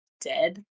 dead